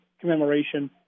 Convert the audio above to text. commemoration